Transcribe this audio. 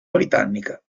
britannica